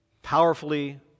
Powerfully